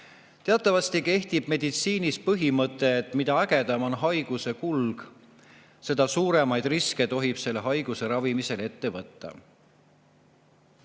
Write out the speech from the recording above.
Teatavasti kehtib meditsiinis põhimõte, et mida ägedam on haiguse kulg, seda suuremaid riske tohib selle haiguse ravimisel ette võtta.